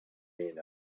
men